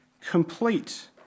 complete